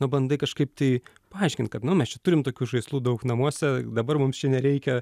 pabandai kažkaip tai paaiškint kad nu mes čia turim tokių žaislų daug namuose dabar mums čia nereikia